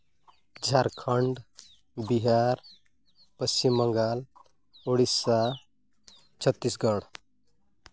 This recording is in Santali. ᱡᱷᱟᱲᱠᱷᱚᱸᱰ ᱵᱤᱦᱟᱨ ᱯᱚᱥᱪᱤᱢᱵᱟᱝᱜᱟᱞ ᱩᱲᱤᱥᱥᱟ ᱪᱷᱚᱛᱛᱨᱤᱥᱜᱚᱲ